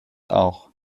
auch